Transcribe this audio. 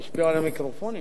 השפיעו על המיקרופונים.